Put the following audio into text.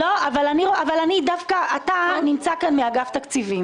אבל אתה, מאגף תקציבים